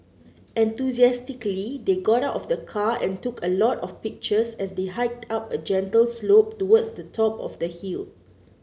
enthusiastically they got out of the car and took a lot of pictures as they hiked up a gentle slope towards the top of the hill